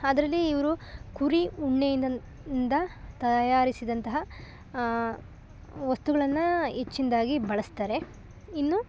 ಅದರಲ್ಲಿ ಇವರು ಕುರಿ ಉಣ್ಣೆಯಿಂದನ ಇಂದ ತಯಾರಿಸಿದಂತಹ ವಸ್ತುಗಳನ್ನು ಹೆಚ್ಚಿಂದಾಗಿ ಬಳಸ್ತಾರೆ ಇನ್ನು